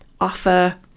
offer